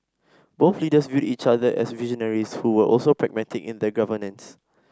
both leaders viewed each other as visionaries who were also pragmatic in their governance